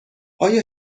آیا